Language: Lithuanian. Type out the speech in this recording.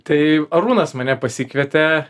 tai arūnas mane pasikvietė